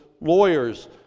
lawyers